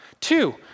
Two